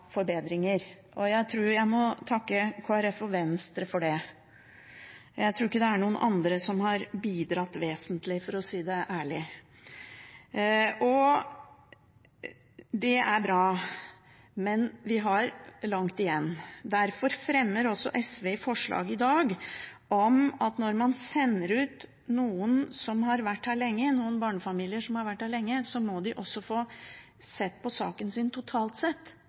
Jeg tror jeg må takke Kristelig Folkeparti og Venstre for det – jeg tror ikke det er noen andre som har bidratt vesentlig, for å si det ærlig. Det er bra, men vi har langt igjen. Derfor fremmer også SV i forslag i dag om at når man sender ut noen barnefamilier som har vært her lenge, må de også få sett på saken sin totalt sett